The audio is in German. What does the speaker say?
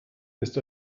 ist